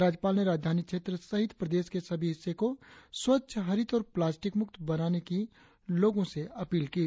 राज्यपाल ने राजधानी क्षेत्र सहित प्रदेश के सभी हिस्से को स्वच्छ हरित और प्लास्टिक मुक्त बनाने की लोगों से अपील की है